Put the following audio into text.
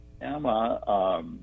Emma